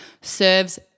serves